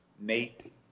Nate